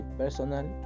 personal